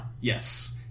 Yes